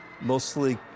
Mostly